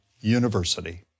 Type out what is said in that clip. University